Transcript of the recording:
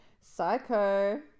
Psycho